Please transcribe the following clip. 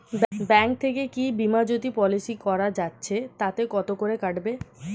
Bank থেকে কী বিমাজোতি পলিসি করা যাচ্ছে তাতে কত করে কাটবে?